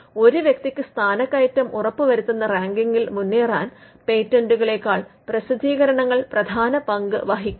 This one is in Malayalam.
ഒരു വ്യക്തിക്ക് സ്ഥാനക്കയറ്റം ഉറപ്പു വരുത്തുന്ന റാങ്കിങ്ങിൽ മുന്നേറാൻ പേറ്റന്റുകെളെക്കാൾ പ്രസിദ്ധീകരണങ്ങൾ പ്രധാന പങ്ക് വഹിക്കുന്നു